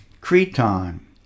Cretan